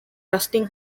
dustin